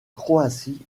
croatie